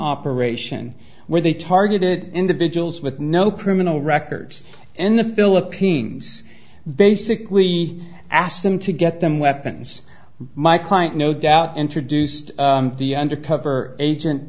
operation where they targeted individuals with no criminal records in the philippines basically asked them to get them weapons my client no doubt introduced the undercover agent